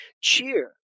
Cheer